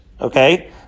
okay